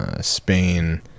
Spain